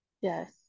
yes